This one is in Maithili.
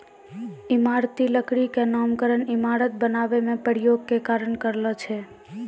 इमारती लकड़ी क नामकरन इमारत बनावै म प्रयोग के कारन परलो छै